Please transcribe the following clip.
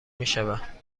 میشوند